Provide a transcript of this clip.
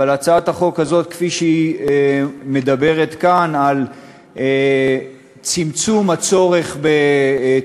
אבל הצעת החוק הזאת כפי שהיא מדברת כאן על צמצום הצורך בתשקיף,